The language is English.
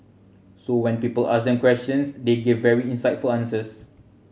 so when people asked them questions they gave very insightful answers